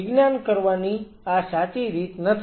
વિજ્ઞાન કરવાની આ સાચી રીત નથી